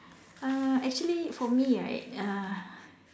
uh actually for me right uh